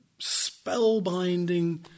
spellbinding